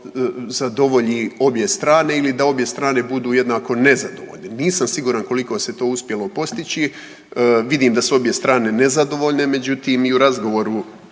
da obje strane budu jednako nezadovoljne. Nisam siguran koliko se to uspjelo postići. Vidim da su obje strane nezadovoljne, međutim i u razgovoru